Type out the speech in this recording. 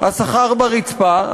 השכר ברצפה,